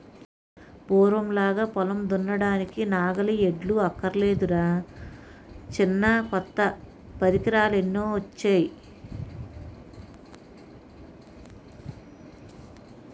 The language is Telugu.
పూర్వంలాగా పొలం దున్నడానికి నాగలి, ఎడ్లు అక్కర్లేదురా చిన్నా కొత్త పరికరాలెన్నొచ్చేయో